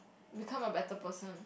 become a better person